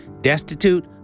destitute